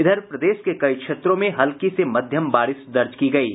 इधर प्रदेश के कई क्षेत्रों में हल्की से मध्यम बारिश दर्ज की गयी है